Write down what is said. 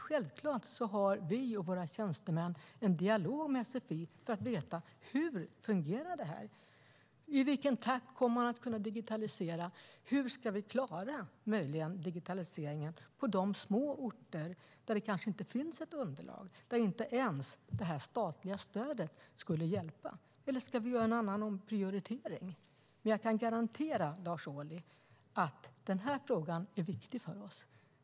Självklart har vi och våra tjänstemän en dialog med SFI för att få veta hur det fungerar: I vilken takt kommer vi att kunna digitalisera? Hur ska vi klara digitaliseringen på de orter där det saknas underlag och där inte ens det statliga stödet hjälper? Ska vi göra en annan omprioritering? Jag kan garantera Lars Ohly att frågan är viktig för oss.